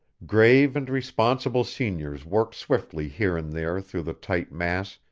grave and responsible seniors worked swiftly here and there through the tight mass,